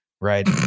right